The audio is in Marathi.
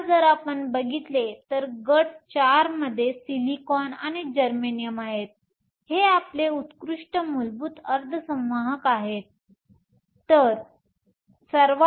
आता जर आपण बघितले तर गट चारमध्ये सिलिकॉन आणि जर्मेनियम आहेत जे आपले उत्कृष्ठ मूलभूत अर्धसंवाहक आहेत